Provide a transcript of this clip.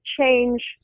change